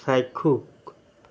চাক্ষুষ